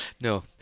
no